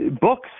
books